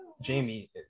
Jamie